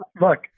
look